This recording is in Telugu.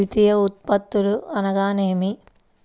ద్వితీయ ఉత్పత్తులు అనగా నేమి?